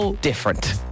different